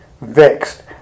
vexed